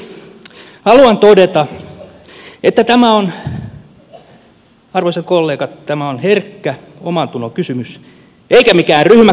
lopuksi haluan todeta että tämä on arvoisat kollegat tämä on herkkä omantunnon kysymys eikä mikään ryhmäkuriasia